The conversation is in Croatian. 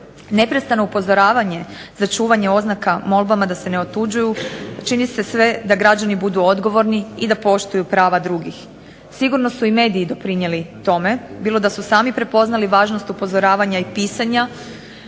Neprestano upozoravanje za čuvanje oznaka, molbama da se ne otuđuju, čini se sve da građani budu odgovorni i da poštuju prava drugih. Sigurno su i mediji pridonijeli tome, bilo da su sami prepoznali važnost upozoravanja i pisanja